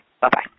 Bye-bye